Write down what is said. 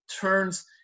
turns